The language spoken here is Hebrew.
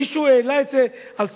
מישהו העלה את זה על סדר-היום?